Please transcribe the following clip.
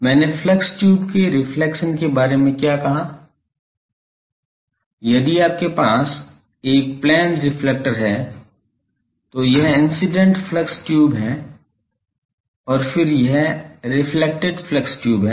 मैंने flux tube के reflection के बारे में क्या कहा यदि आपके पास एक प्लेन रिफ्लेक्टर है तो यह इंसिडेंट फ्लक्स ट्यूब है और फिर यह रिफ्लेक्टेड फ्लक्स ट्यूब है